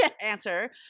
answer